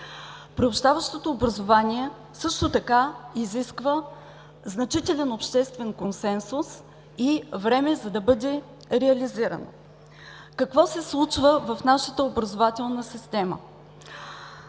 Приобщаващото образование също така изисква значителен обществен консенсус и време, за да бъде реализирано. Какво се случва в нашата образователна система?